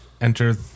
enter